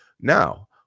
Now